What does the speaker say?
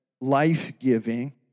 life-giving